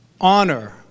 honor